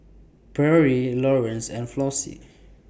Pierre Lawrance and Flossie